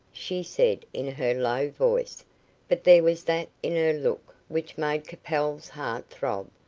she said, in her low voice but there was that in her look which made capel's heart throb,